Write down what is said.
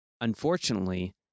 unfortunately